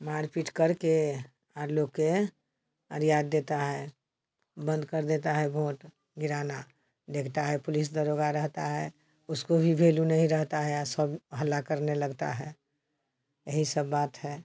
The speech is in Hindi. मार पीट करके और लोग के अरियात देता है बंद कर देता है भोट गिराना देखता है पुलिस दरोगा रहता है उसको भी भेलू नहीं रहता है और सब हल्ला करने लगता है यही सब बात है